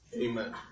Amen